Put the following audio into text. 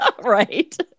Right